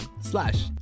slash